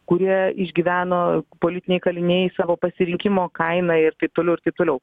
kurie išgyveno politiniai kaliniai savo pasirinkimo kainą ir taip toliau ir taip toliau